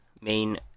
main